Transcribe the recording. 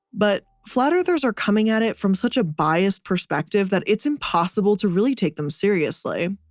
but flat-earthers are coming at it from such a biased perspective that it's impossible to really take them seriously.